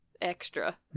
extra